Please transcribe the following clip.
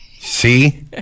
see